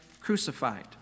crucified